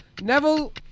Neville